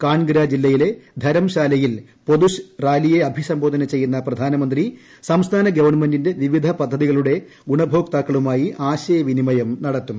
കാൺഗ്ര ജില്ലയിലെ ധരം ശാലയിൽ പൊതു റാലിയെ അഭിസംബോധന ചെയ്യുന്ന പ്രധാനമന്ത്രി സംസ്ഥാന ഗവൺമെന്റിന്റെ വിവിധ പദ്ധതികളുടെ ഗുണഭോക്താക്കളുമായി ആശയ വിനിമയം നടത്തും